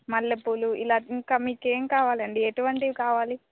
మల్లెపూలు ఇలా ఇంకా మీకేం కావాలండి ఎటువంటివి కావాలి